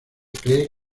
cree